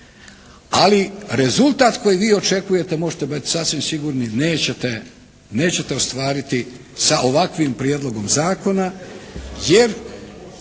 ali rezultat koji vi očekujete možete biti sasvim sigurni nećete ostvariti sa ovakvim Prijedlogom zakona, jer